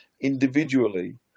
individually